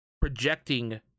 projecting